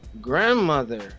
grandmother